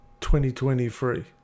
2023